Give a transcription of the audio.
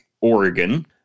Oregon